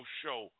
show